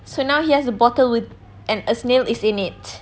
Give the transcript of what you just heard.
so now he has a bottle with and a snail is in it